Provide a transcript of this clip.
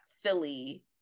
Philly